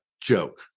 joke